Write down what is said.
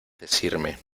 decirme